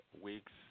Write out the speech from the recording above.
weeks